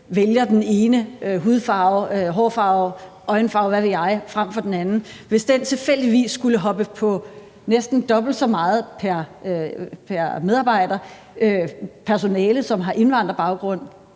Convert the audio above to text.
vælger den ene hudfarve, hårfarve, øjenfarve, og hvad ved jeg, frem for den anden, tilfældigvis skulle hoppe på næsten dobbelt så meget personale, som har indvandrerbaggrund,